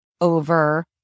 over